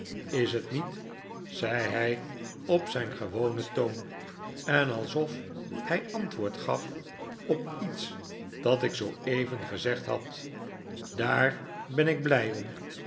is t niet zei hij op zijn gewonen toon en alsof hij antwoord gaf op iets dat ik zooeven gezegd had daar ben ik blij om